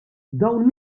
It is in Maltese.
dawn